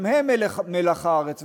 גם הם מלח הארץ,